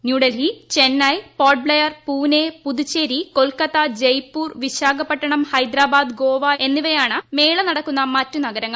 ന്യൂഡൽഹി ചെന്നൈ പോർട്ട് ബ്ലെയർ പൂനെ പുതുച്ചേരി കൊൽക്കത്ത ജയ്പൂർ വിശാഖപട്ടണം ഹൈദ്രാബാദ് ഗോവ എന്നിവയാണ് മേള നടക്കുന്ന മറ്റ് നഗരങ്ങൾ